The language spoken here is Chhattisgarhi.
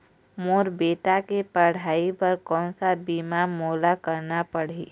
मोर बेटा के पढ़ई बर कोन सा बीमा मोला करना पढ़ही?